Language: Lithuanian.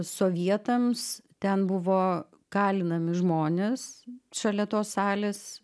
sovietams ten buvo kalinami žmonės šalia tos salės